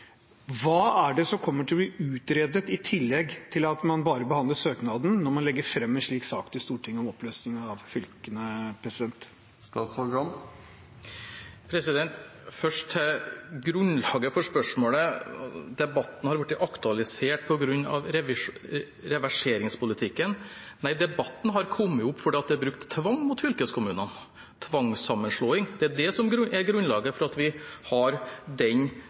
Hva kommer til å bli utredet i tillegg til at man bare behandler søknaden om å legge fram en slik sak for Stortinget om oppløsning av fylkene? Først til grunnlaget for spørsmålet, at debatten har blitt aktualisert på grunn av reverseringspolitikken: Nei, debatten har kommet opp fordi det er brukt tvang mot fylkeskommunene. Tvangssammenslåing er grunnlaget for at vi har denne debatten. Det er det vi rydder opp i nå, og så har